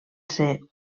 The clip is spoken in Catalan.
ser